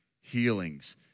Healings